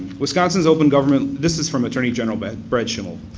wisconsin's open government, this is from attorney general brett brett schimmel.